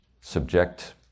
subject